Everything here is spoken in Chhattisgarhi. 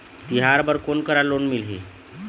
तिहार बर कोन करा लोन मिलही?